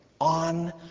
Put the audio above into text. on